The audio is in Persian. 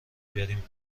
بریم